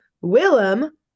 Willem